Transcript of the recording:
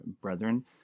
brethren